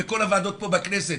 בכל הוועדות פה בכנסת: